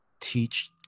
teach